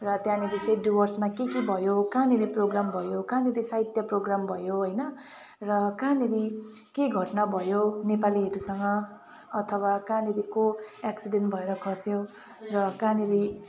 र त्यानिर चाहिँ डुवर्समा के के भयो कहाँनिर प्रोगाम भयो कहाँनिर साहित्य प्रोग्राम भयो हैन र कहाँनिर के घटना भयो नेपालीहरूसँग अथवा कहाँनिर को एक्सिडेन्ट भएर खस्यो र कहाँनिर